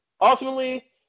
ultimately